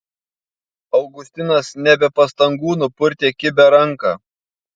augustinas ne be pastangų nupurtė kibią ranką